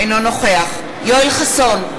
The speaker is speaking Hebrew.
אינו נוכח יואל חסון,